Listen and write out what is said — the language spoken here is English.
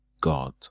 God